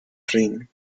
rin